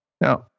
Now